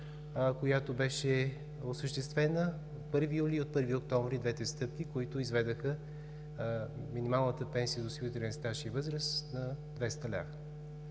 което беше осъществено от 1 юли и от 1 октомври, двете стъпки, които изведоха минималната пенсия за осигурителен стаж и възраст на 200 лв.,